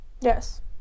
Yes